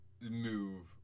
move